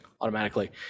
automatically